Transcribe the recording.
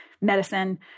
medicine